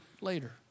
later